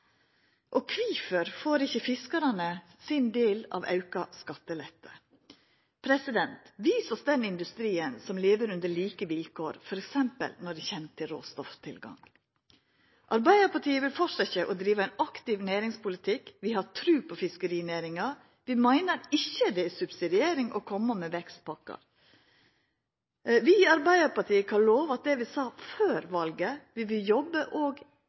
Og kvifor får ikkje fiskarane sin del av auka skattelette? Vis oss den industrien som lever under like vilkår, f.eks. når det kjem til råstofftilgang. Arbeidarpartiet vil fortsetja å driva ein aktiv næringspolitikk. Vi har tru på fiskerinæringa. Vi meiner det ikkje er subsidiering å koma med vekstpakkar. Vi i Arbeidarpartiet kan lova at det vi sa før valet, vil vi